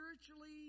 spiritually